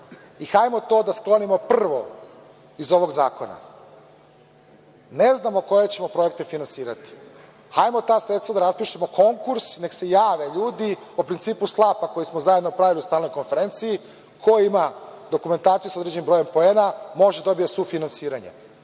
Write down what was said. da to sklonimo prvo iz ovog zakona. Ne znamo koje ćemo projekte finansirati, hajde da raspišemo konkurs neka se jave ljudi po principu slapa koji smo zajedno pravili na stalnoj konferenciji, ko ima dokumentaciju sa određenim brojem poena može da dobije sufinansiranje. To